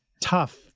tough